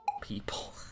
people